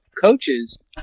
coaches